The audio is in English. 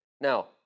Now